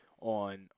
on